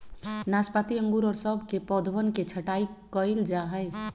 नाशपाती अंगूर और सब के पौधवन के छटाई कइल जाहई